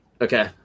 Okay